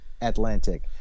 atlantic